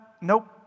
nope